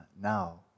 now